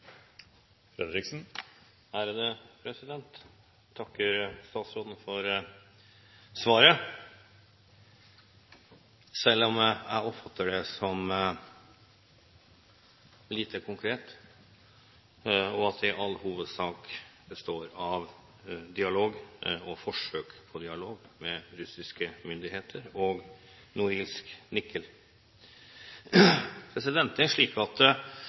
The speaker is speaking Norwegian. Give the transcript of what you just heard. statsråden for svaret, selv om jeg oppfatter det som lite konkret, og at det i all hovedsak består av dialog og forsøk på dialog med russiske myndigheter og Norilsk Nickel. Det er slik at